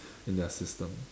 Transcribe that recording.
in their system